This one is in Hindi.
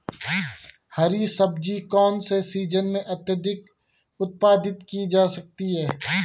हरी सब्जी कौन से सीजन में अत्यधिक उत्पादित की जा सकती है?